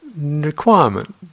requirement